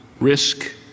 risk